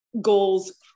goals